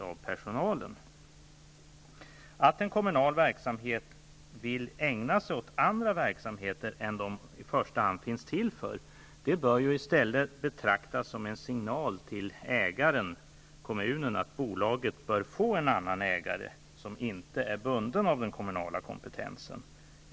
Att man inom en kommunal verksamhet vill ägna sig åt andra verksamheter än dem man i första hand finns till för bör i stället betraktas som en signal till ägaren, kommunen, att bolaget bör få en annan ägare som inte är bunden av den kommunala kompetensen.